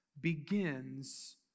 begins